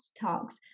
Talks